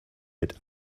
mit